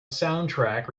soundtrack